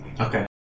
Okay